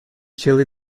chili